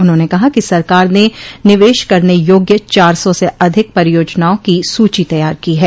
उन्होंने कहा कि सरकार ने निवेश करने योग्य चार सौ से अधिक परियोजनाओं की सूची तैयार की है